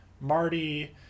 Marty